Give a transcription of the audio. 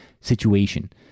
situation